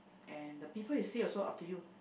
and the people you stay also up to you